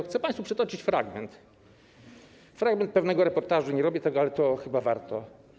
Chcę państwu przytoczyć fragment pewnego reportażu, nie robię tego, ale to chyba warto.